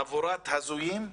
חבורת הזויים,